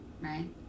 Right